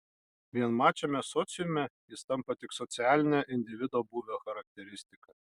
vienmačiame sociume jis tampa tik socialine individo būvio charakteristika